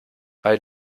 weil